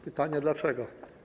Pytanie dlaczego.